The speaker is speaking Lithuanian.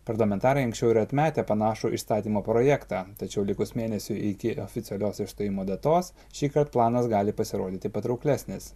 parlamentarai anksčiau yra atmetę panašų išstatymo projektą tačiau likus mėnesiui iki oficialios išstojimo datos šįkart planas gali pasirodyti patrauklesnis